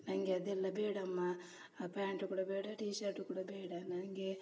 ನನಗೆ ಅದೆಲ್ಲ ಬೇಡಮ್ಮ ಆ ಪ್ಯಾಂಟ್ ಕೂಡ ಬೇಡ ಟಿ ಶರ್ಟ್ ಕೂಡ ಬೇಡ ನನಗೆ